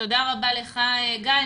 תודה רבה לך, גיא.